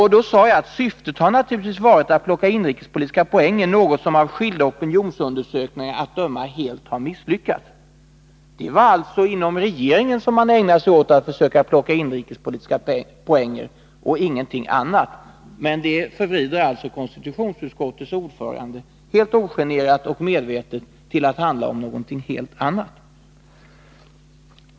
Vad jag sade var att syftet härvidlag naturligtvis har varit att plocka inrikespolitiska poäng, något som av skilda opinionsundersökningar att döma helt har misslyckats. Det var alltså inom regeringen som man ägnade sig åt att försöka plocka inrikespolitiska poäng. Men detta mitt påpekande förvränger således konstitutionsutskottets ordförande helt ogenerat och medvetet, så att det blir något helt annat.